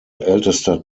ältester